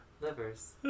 livers